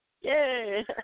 Yay